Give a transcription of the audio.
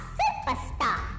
superstar